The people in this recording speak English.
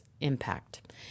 impact